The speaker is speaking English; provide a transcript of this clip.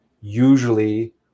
usually